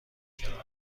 شود